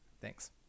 thanks